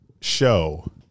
show